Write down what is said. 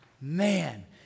Man